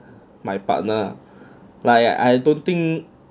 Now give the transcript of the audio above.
my partner like I don't think